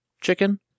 chicken